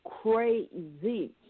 crazy